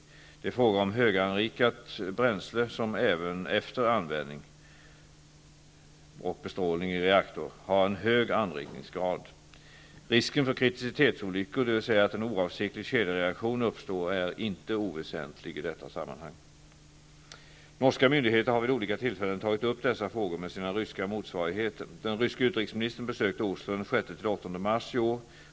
Det är fråga om höganrikat bränsle som även efter användning har en hög anrikningsgrad. Risken för kriticitetsolyckor, dvs. att en oavsiktlig kedjereaktion uppstår, är inte oväsentlig i detta sammanhang. Norska myndigheter har vid olika tillfällen tagit upp dessa frågor med sina ryska motsvarigheter. mars i år.